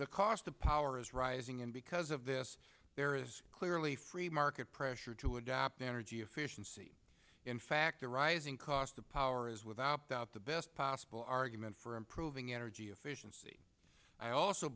the cost of power is rising and because of this there is clearly free market pressure to adapt energy efficiency in fact the rising cost of power is without doubt the best possible argument for improving energy efficiency i also